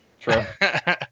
true